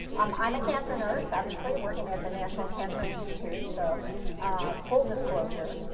um i'm a cancer nurse, obviously, working at the national cancer institute, so full disclosure.